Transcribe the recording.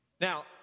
Now